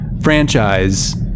franchise